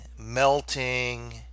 melting